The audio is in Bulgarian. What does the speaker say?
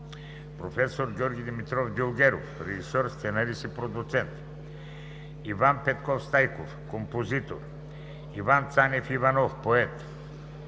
професор Георги Димитров Дюлгеров – режисьор, сценарист и продуцент; Иван Петков Стайков – композитор; Иван Цанев Иванов – поет;